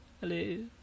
hello